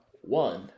one